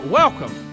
welcome